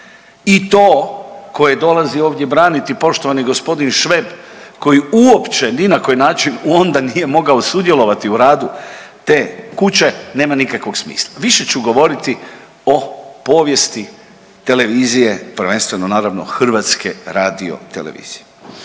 i to koje dolazi ovdje braniti poštovani gospodin Šveb koji uopće ni na koji način onda nije mogao sudjelovati u radu te kuće nema nikakvog smisla. Više ću govoriti o povijesti televizije prvenstveno naravno HRT-a. Za one koji